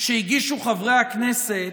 שהגישו חברי הכנסת,